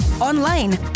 online